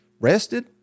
rested